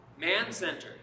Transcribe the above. man-centered